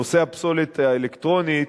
נושא הפסולת האלקטרונית,